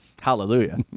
hallelujah